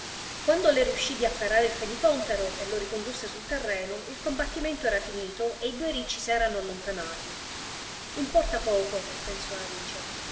quando le riuscì di afferrare il fenicòntero e lo ricondusse sul terreno il combattimento era finito e i due ricci s'erano allontanati importa poco pensò alice